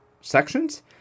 sections